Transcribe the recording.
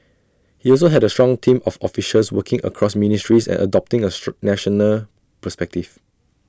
he also had A strong team of officials working across ministries and adopting A national perspective